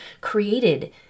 created